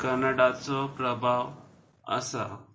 कन्नडाचो प्रभाव आसा